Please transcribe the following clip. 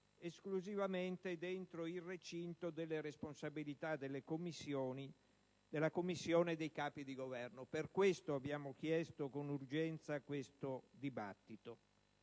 esclusivamente dentro il recinto delle responsabilità della Commissione e dei Capi di Governo; per questo abbiamo chiesto con urgenza questo dibattito.